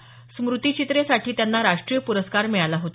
स्म्रतिचित्रे साठी त्यांना राष्ट्रीय पुरस्कार मिळाला होता